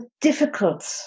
difficult